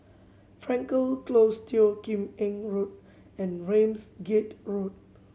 Frankel Close Teo Kim Eng Road and Ramsgate Road